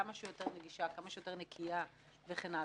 כמה שיותר נגישה, כמה שיותר נקיה וכן הלאה.